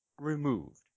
removed